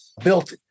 built